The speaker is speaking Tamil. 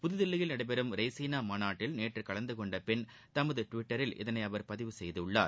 புதுதில்லியில் நபெறும் ரெய்சினா மாநாட்டில் நேற்று கலந்து கொண்டபின் தமது டுவிட்டரில் இதனை அவர் செய்துள்ளார்